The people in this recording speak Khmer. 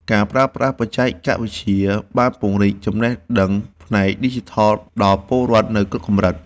ការប្រើប្រាស់បច្ចេកវិទ្យាបានពង្រីកចំណេះដឹងផ្នែកឌីជីថលដល់ពលរដ្ឋនៅគ្រប់កម្រិត។